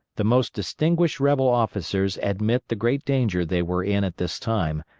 the most distinguished rebel officers admit the great danger they were in at this time,